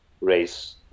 race